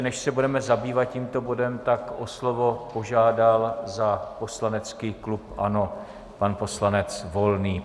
Ještě než se budeme zabývat tímto bodem, tak o slovo požádal za poslanecký klub ANO pan poslanec Volný.